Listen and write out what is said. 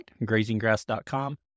grazinggrass.com